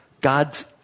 god's